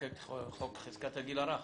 לחוקק את חוק חזקת הגיל הרך.